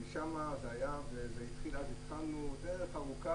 אז התחלנו דרך ארוכה,